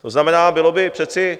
To znamená, bylo by přece...